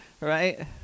right